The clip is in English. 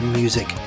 music